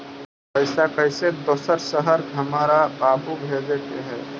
पैसा कैसै दोसर शहर हमरा बाबू भेजे के है?